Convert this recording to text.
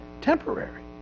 temporary